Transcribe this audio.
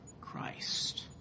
Christ